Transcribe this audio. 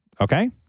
Okay